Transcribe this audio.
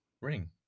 Ring